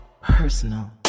personal